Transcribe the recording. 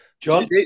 John